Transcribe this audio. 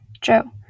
Joe